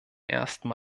ersten